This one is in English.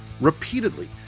repeatedly